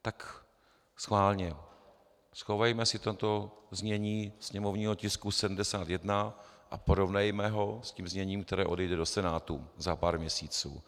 Tak schválně, schovejme si toto znění sněmovního tisku 71 a porovnejme ho se zněním, které odejde do Senátu za pár měsíců.